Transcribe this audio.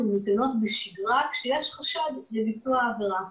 הן ניתנות כשיש חשד לביצוע עברה.